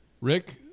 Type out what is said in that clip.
Rick